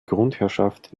grundherrschaft